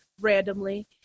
randomly